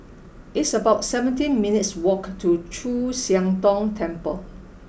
it's about seventeen minutes' walk to Chu Siang Tong Temple